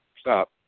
stop